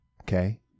okay